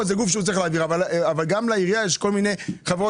פה זה גוף